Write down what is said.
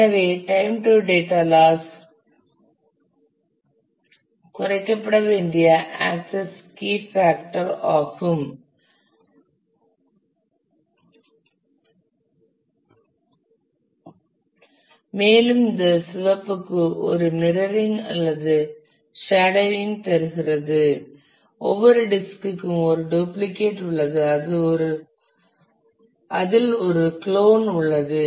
எனவே time to data loss குறைக்கப்பட வேண்டிய ஆக்சுவல் கீ பேக்டர் ஆகும் மேலும் இந்த சிவப்புக்கு ஒரு மிரரிங் அல்லது ஷாடோங் தருகிறது ஒவ்வொரு டிஸ்க்கும் ஒரு டூப்ளிகேட் உள்ளது அதில் ஒரு குளோன் உள்ளது